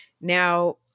Now